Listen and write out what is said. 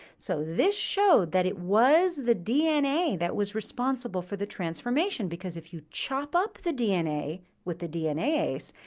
so this showed that it was the dna that was responsible for the transformation because if you chop up the dna with the dnase,